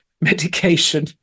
medication